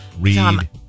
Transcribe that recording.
read